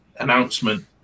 announcement